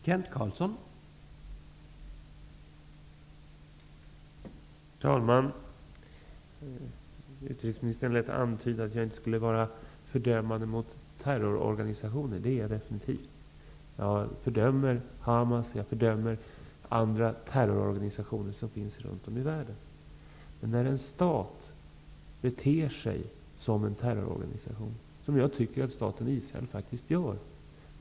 Herr talman! Utrikesministern lät antyda att jag inte skulle vara fördömande mot terrororganisationer. Det är jag absolut. Jag fördömer Hamas och andra terrororganisationer som finns runt om i världen. Men nu tycker jag att staten Israel faktiskt beter sig som en terrororganisation.